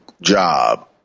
job